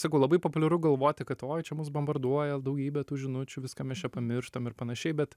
sakau labai populiaru galvoti kad oi čia mus bombarduoja daugybė tų žinučių viską mes čia pamirštam ir panašiai bet